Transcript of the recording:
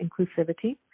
Inclusivity